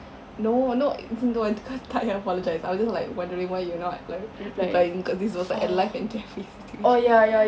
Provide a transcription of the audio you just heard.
no no no kau tak yah apologise I was just like wondering why you're not like replying because this was like a life and death punya situation